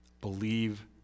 believe